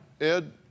Ed